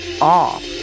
off